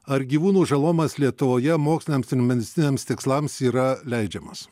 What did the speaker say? ar gyvūnų žalojimas lietuvoje moksliniams ir medicininiams tikslams yra leidžiamas